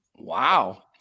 Wow